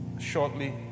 shortly